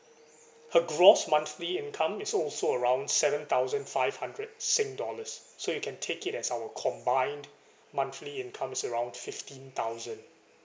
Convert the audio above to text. her gross monthly income is also around seven thousand five hundred sing dollars so you can take it as our combined monthly income is around fifteen thousand